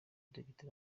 depite